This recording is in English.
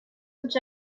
which